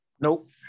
Nope